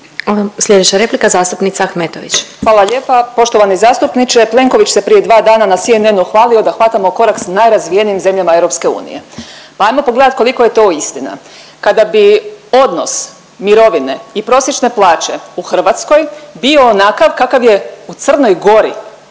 Sljedeća replika, zastupnica Ahmetović. **Ahmetović, Mirela (SDP)** Hvala lijepa. Poštovani zastupniče, Plenković se prije 2 dana na CNN-u hvalio da hvatamo korak sa najrazvijenijim zemljama EU pa ajmo pogledati koliko je to istina. Kada bi odnos mirovine i prosječne plaće u Hrvatskoj bio onakav kakav je u Crnoj Gori,